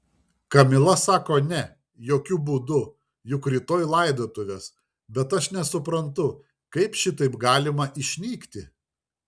kamila sako ne jokiu būdu juk rytoj laidotuvės bet aš nesuprantu kaip šitaip galima išnykti